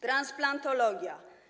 Transplantologia.